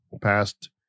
past